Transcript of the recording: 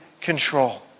control